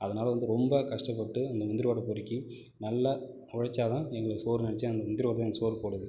அதனால் வந்து ரொம்ப கஷ்டப்பட்டு அந்த முந்திரி கொட்டை பொறுக்கி நல்லா உழச்சா தான் எங்களுக்கு சோறுன்னு நினச்சி அந்த முந்திரி கொட்டை தான் எங்களுக்கு சோறு போடுது